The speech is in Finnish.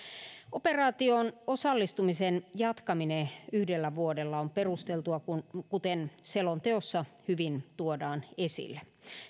operaatioon osallistumisen jatkaminen yhdellä vuodella on perusteltua kuten selonteossa hyvin tuodaan esille